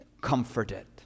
comforted